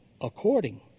according